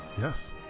Yes